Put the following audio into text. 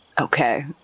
Okay